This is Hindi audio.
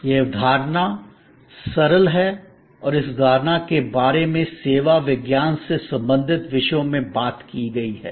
यह अवधारणा सरल है और इस अवधारणा के बारे में सेवा विज्ञान से संबंधित विषयों में बात की गई है